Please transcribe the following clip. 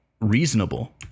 reasonable